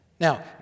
Now